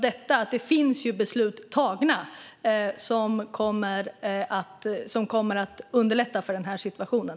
Det finns beslut tagna som kommer att underlätta i den här situationen.